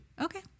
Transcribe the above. Okay